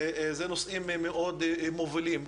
הוא נושא מוביל מאוד.